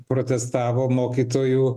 protestavo mokytojų